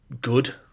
good